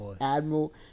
admiral